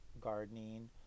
gardening